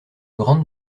grande